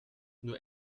nur